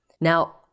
Now